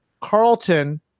Carlton